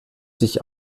sich